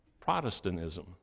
Protestantism